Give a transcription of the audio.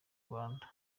rwanda